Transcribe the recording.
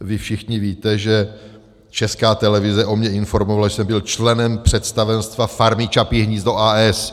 Vy všichni víte, že Česká televize o mě informovala, že jsem byl členem představenstva Farmy Čapí hnízdo, a. s.